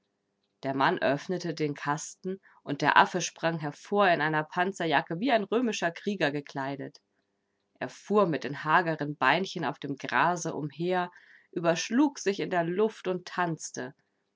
der mann öffnete den kasten und der affe sprang hervor in einer panzerjacke wie ein römischer krieger gekleidet er fuhr mit den hageren beinchen auf dem grase umher überschlug sich in der luft und tanzte